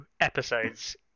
episodes